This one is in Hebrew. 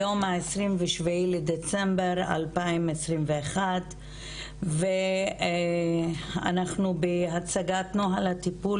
היום ה-27 לדצמבר 2021. אנחנו בהצגת נוהל הטפול